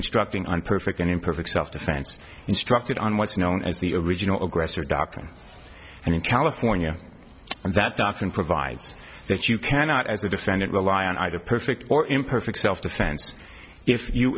instructing on perfect imperfect self defense instructed on what's known as the original aggressor doctoring and in california that doctrine provides that you cannot as a defendant rely on either perfect or imperfect self defense if you